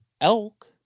elk